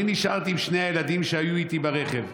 אני נשארתי עם שני הילדים שהיו איתי ברכב,